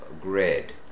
Grid